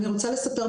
אני רוצה לספר,